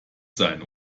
sein